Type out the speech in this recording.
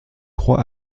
croix